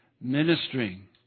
ministering